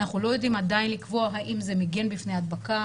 אנחנו לא יודעים עדיין לקבוע האם זה מגן פני הדבקה